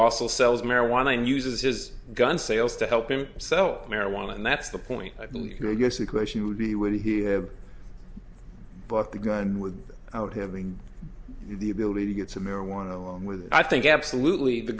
also sells marijuana and uses his gun sales to help him sell marijuana and that's the point i think your guess the question would be would he have bought the gun with out having the ability to get some marijuana along with i think absolutely the